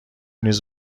نیز